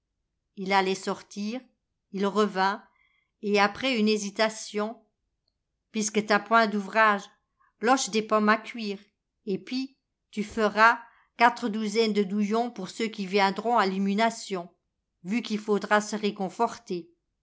il allait sortir il revint et après une hésitation pisque t'as point d'ouvrage loche des pommes à cuire et pis tu feras quatre douzaines de douillons pour ceux qui viendront à l'imunation vu qui faudra se réconforter